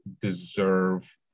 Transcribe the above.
deserve